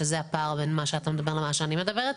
שזה הפער בין מה שאתה מדבר למה שאני מדברת.